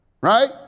Right